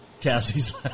Cassie's